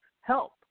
help